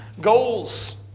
goals